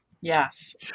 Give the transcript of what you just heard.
Yes